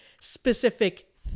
specific